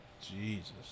Jesus